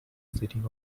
sitting